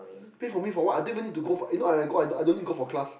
pay for me for what I don't even to go for eh no I got I don't need go for class